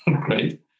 Great